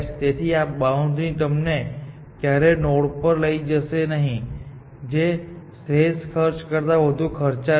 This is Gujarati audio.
તેથી આ બાઉન્ડ્રી તમને ક્યારેય નોડ પર લઈ જશે નહીં જે શ્રેષ્ઠ ખર્ચ કરતા વધુ ખર્ચાળ છે